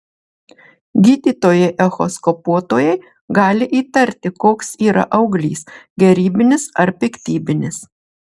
gydytojai echoskopuotojai gali įtarti koks yra auglys gerybinis ar piktybinis